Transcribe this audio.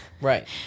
Right